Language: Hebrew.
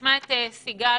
סיגל